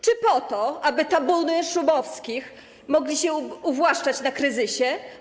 Czy po to, aby tabuny Szumowskich mogły się uwłaszczać na kryzysie?